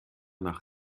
nach